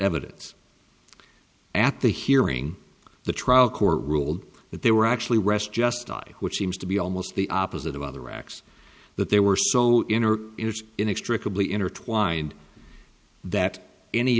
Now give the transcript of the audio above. evidence at the hearing the trial court ruled that they were actually rest just die which seems to be almost the opposite of other acts that they were so in or inextricably intertwined that any